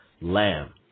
Lamb